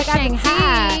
Shanghai